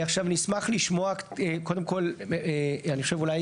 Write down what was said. עכשיו, נשמח לשמוע קודם כל, אני חושב אולי